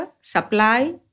supply